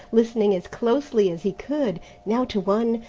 listening as closely as he could, now to one,